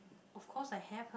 of course I have